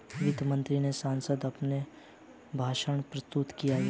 वित्त मंत्री ने संसद में अपना भाषण प्रस्तुत किया